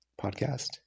podcast